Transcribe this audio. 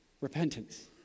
repentance